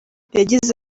yagize